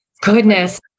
Goodness